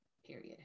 period